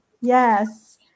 Yes